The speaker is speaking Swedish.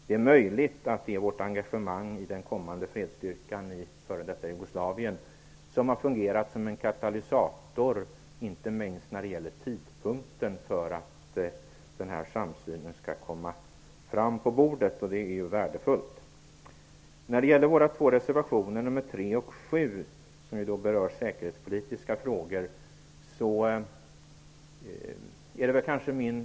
Det är möjligt att det är vårt engagemang i den kommande fredsstyrkan i f.d. Jugoslavien som har fungerat som en katalysator, inte minst när det gäller den tidpunkt då denna samsyn skall komma till uttryck, vilket är värdefullt. Våra två reservationer, nr 3 och 7, berör säkerhetspolitiska frågor.